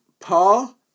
Paul